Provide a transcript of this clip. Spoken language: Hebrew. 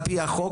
על פי החוק,